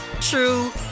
true